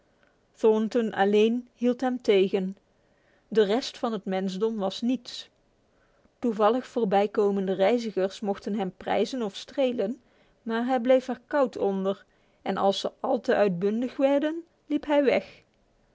thornton alleen hield hem tegen de rest van het mensdom was niets toevallig voorbijkomende reizigers mochten hem prijzen en strelen hij bleef er koud onder en als ze al te uitbundig werden liep hij weg